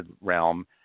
realm